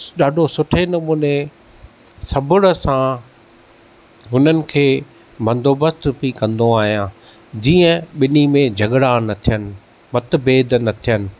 ॾाढो सुठे नमूने सबुर सां हुननि खे बंदोबस्त बि कंदो आहियां जीअं ॿिन्ही में झगड़ा न थियनि मतभेद न थियनि